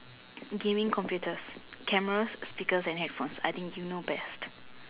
okay computer cameras speakers and headphones I think you know best